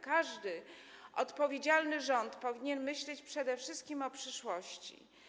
Każdy odpowiedzialny rząd powinien myśleć przede wszystkim o przyszłości.